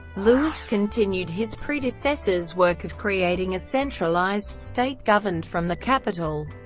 louis continued his predecessors' work of creating a centralized state governed from the capital.